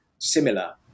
similar